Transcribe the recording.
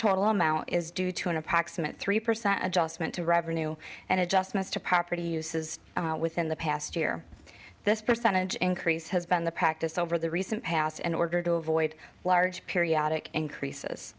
total amount is due to an approximate three percent adjustment to revenue and adjustments to property uses within the past year this percentage increase has been the practice over the recent past an order to avoid large periodic increases